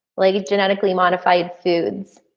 legs, genetically modified foods.